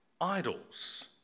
idols